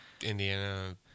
Indiana